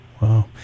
Wow